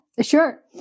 sure